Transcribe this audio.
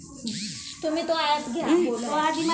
माझ्या दुसऱ्या बँकेतील खात्यामध्ये पैसे हस्तांतरित करू शकतो का?